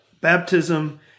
Baptism